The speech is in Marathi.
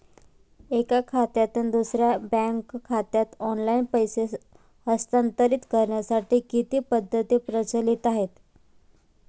एका खात्यातून दुसऱ्या बँक खात्यात ऑनलाइन पैसे हस्तांतरित करण्यासाठी किती पद्धती प्रचलित आहेत?